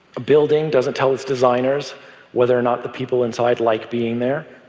a building doesn't tell its designers whether or not the people inside like being there,